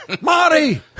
marty